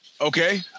okay